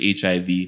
HIV